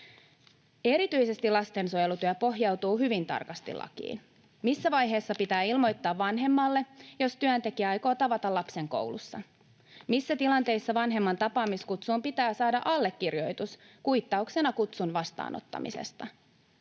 Erityisesti lastensuojelutyö pohjautuu hyvin tarkasti lakiin: missä vaiheessa pitää ilmoittaa vanhemmalle, jos työntekijä aikoo tavata lapsen koulussa; missä tilanteissa vanhemman tapaamiskutsuun pitää saada allekirjoitus kuittauksena kutsun vastaanottamisesta.